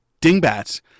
Dingbats